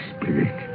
Spirit